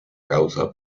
causa